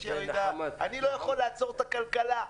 אני לא יכול לעצור את הכלכלה.